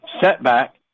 setback